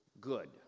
good